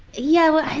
yeah.